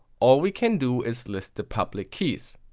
all we can do is list the public keys.